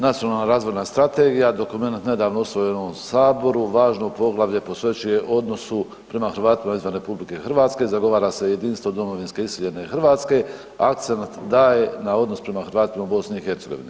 Nacionalna razvojna strategija, dokumenat nedavno usvojen u ovom saboru važno poglavlje posvećuje odnosu prema Hrvatima izvan RH, zagovara se jedinstvo domovinske iseljene Hrvatske i akcenat daje na odnos prema Hrvatima u BiH.